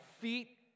feet